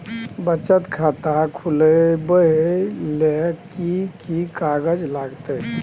बचत खाता खुलैबै ले कि की कागज लागतै?